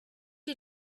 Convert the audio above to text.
you